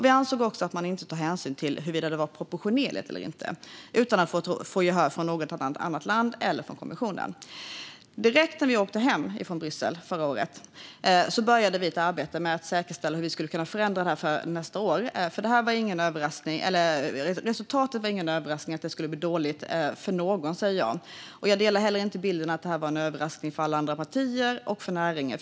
Vi ansåg också att man inte tog hänsyn till huruvida det var proportionerligt eller inte, detta utan att få gehör från något annat land eller från kommissionen. Direkt när vi åkte hem från Bryssel förra året började vi ett arbete för att säkerställa hur vi skulle kunna förändra det här för nästkommande år. Det var ingen överraskning för någon att resultatet skulle bli dåligt. Jag delar heller inte bilden att det var en överraskning för alla andra partier och för näringen.